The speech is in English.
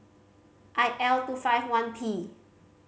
I L two five one P